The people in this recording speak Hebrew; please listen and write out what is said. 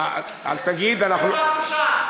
איפה הקושאן?